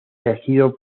elegido